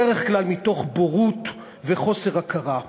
בדרך כלל מתוך בורות וחוסר הכרה.